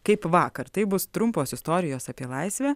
kaip vakar tai bus trumpos istorijos apie laisvę